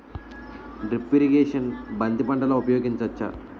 Drip irrigation బంతి పంటలో ఊపయోగించచ్చ?